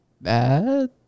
bad